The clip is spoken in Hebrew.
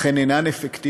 אך הן אינן אפקטיביות.